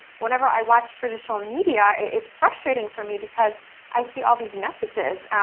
whenever i watch traditional media, it's frustrating for me because i see all these messages